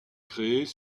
créés